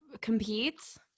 competes